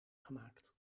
gemaakt